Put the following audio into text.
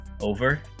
over